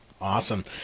Awesome